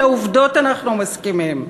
על העובדות אנחנו מסכימים.